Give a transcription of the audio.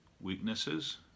weaknesses